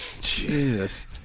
Jesus